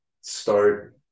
start –